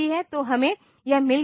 तो हमें यह मिल गया है